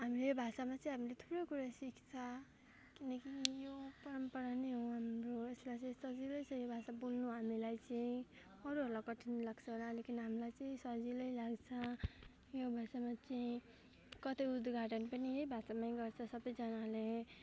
हाम्रो यो भाषामै चाहिँ हामीले थुप्रो कुरो सिक्छ किनकि यो परम्परा नै हाम्रो यसलाई चाहिँ सजिलै छ यो भाषा बोल्नु हामीलाई चाहिँ अरूहरूलाई कठिन लाग्छ होला लेकिन हामीलाई चाहिँ सजिलै लाग्छ यो भाषामा चाहिँ कतै उद्घाटन पनि यही भाषामै गर्छ सबैजनाले